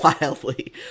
Wildly